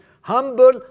Humble